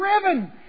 driven